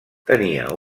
tenia